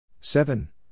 Seven